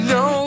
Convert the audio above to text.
no